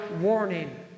warning